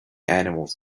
animals